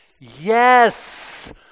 Yes